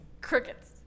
crickets